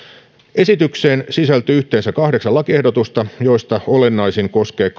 esitykseen sisältyy yhteensä kahdeksan lakiehdotusta joista olennaisin koskee